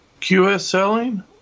QSLing